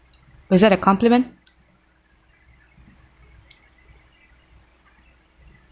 was that a compliment